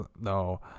No